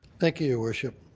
thank you, your worship.